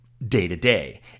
day-to-day